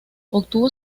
obtuvo